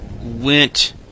went